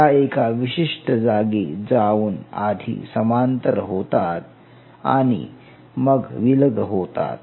त्या एका विशिष्ट जागी जाऊन आधी समांतर होतात आणि मग विलग होतात